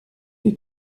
des